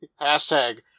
Hashtag